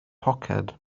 poced